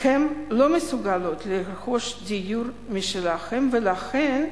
הן לא מסוגלות לרכוש דיור משלהן, ולכן,